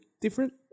different